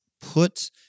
put